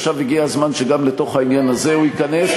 עכשיו הגיע הזמן שגם לתוך העניין הזה הוא ייכנס.